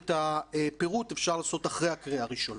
את הפירוט אפשר לעשות אחרי הקריאה הראשונה.